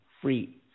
free